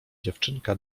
dziewczynka